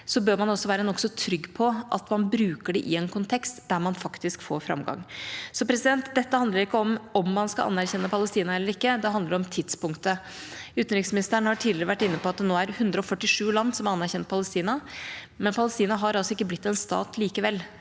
bør man også være nokså trygg på at man bruker det i en kontekst der man faktisk får framgang. Så dette handler ikke om man skal anerkjenne Palestina eller ikke, det handler om tidspunktet. Utenriksministeren har tidligere vært inne på at 147 land nå har anerkjent Palestina, men Palestina har likevel ikke blitt en stat.